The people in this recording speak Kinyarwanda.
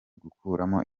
gukuramo